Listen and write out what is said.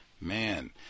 man